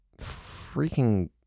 freaking